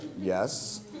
Yes